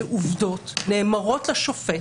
שעובדות נאמרות לשופט,